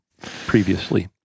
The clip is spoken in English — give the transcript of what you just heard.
previously